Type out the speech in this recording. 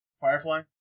Firefly